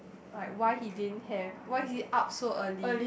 like why he didn't have why he up so early